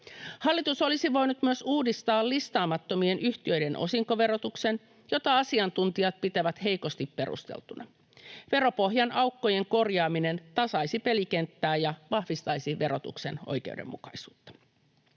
Hallitus olisi voinut myös uudistaa listaamattomien yhtiöiden osinkoverotuksen, jota asiantuntijat pitävät heikosti perusteltuna. Veropohjan aukkojen korjaaminen tasaisi pelikenttää ja vahvistaisi verotuksen oikeudenmukaisuutta.